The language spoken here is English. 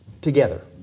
together